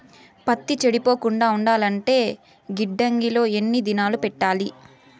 పత్తి చెడిపోకుండా ఉండాలంటే గిడ్డంగి లో ఎన్ని దినాలు పెట్టాలి?